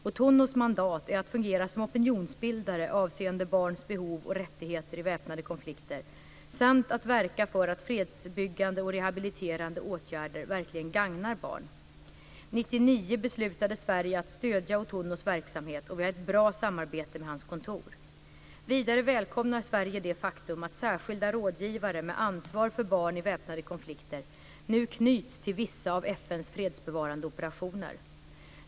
Otunnus mandat är att fungera som opinionsbildare avseende barns behov och rättigheter i väpnade konflikter samt att verka för att fredsbyggande och rehabiliterande åtgärder verkligen gagnar barn. 1999 beslutade Sverige att stödja Otunnus verksamhet, och vi har ett bra samarbete med hans kontor. Vidare välkomnar Sverige det faktum att särskilda rådgivare med ansvar för barn i väpnade konflikter nu knyts till vissa av FN:s fredsbevarande operationer.